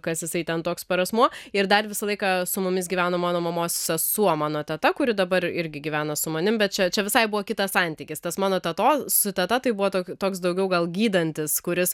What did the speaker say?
kas jisai ten toks pat asmuo ir dar visą laiką su mumis gyveno mano mamos sesuo mano teta kuri dabar irgi gyvena su manim bet čia čia visai buvo kitas santykis tas mano teto su teta tai buvo tokių toks daugiau gal gydantis kuris